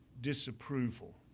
disapproval